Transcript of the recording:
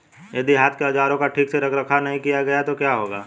यदि हाथ के औजारों का ठीक से रखरखाव नहीं किया गया तो क्या होगा?